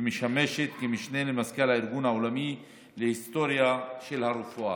ומשמשת כמשנה למזכ"ל הארגון העולמי להיסטוריה של הרפואה.